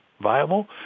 viable